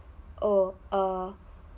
oh err